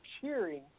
cheering